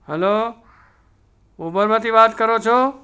hello ઉબરમાંથી વાત કરો છો